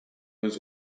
was